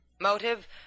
Motive